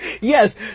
Yes